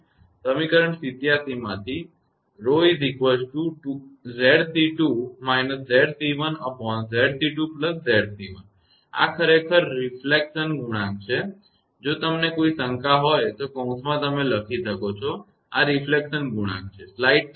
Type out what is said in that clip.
સમીકરણ 87 માંથી આ ખરેખર રિફલેક્શન ગુણાંકપ્રતિબિંબ ગુણાંક છે જો તમને કોઈ શંકા હોય તો કૌંસમાં તમે લખી શકો છો આ રિફલેક્શન ગુણાંક છે